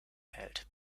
hält